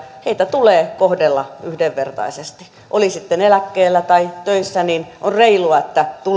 tulee kohdella yhdenvertaisesti oli sitten eläkkeellä tai töissä niin on reilua että tuloja kohdellaan